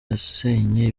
yasenye